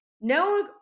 No